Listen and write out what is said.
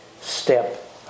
step